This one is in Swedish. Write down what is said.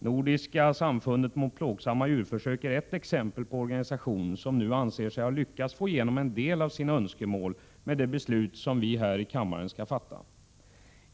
Nordiska samfundet mot plågsamma djurförsök är ett exempel på en organisation som nu anser sig ha lyckats få igenom en del av sina önskemål med det beslut som vi nu i riksdagen skall fatta.